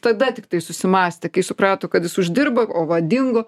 tada tiktai susimąstė kai suprato kad jis uždirba o va dingo